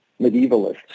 medievalists